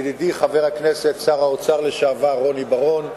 ידידי חבר הכנסת שר האוצר לשעבר רוני בר-און,